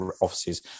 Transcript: offices